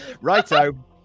Righto